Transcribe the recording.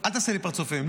--- אל תעשה לי פרצופים.